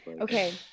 okay